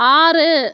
ஆறு